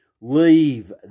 leave